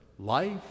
life